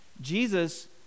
Jesus